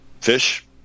fish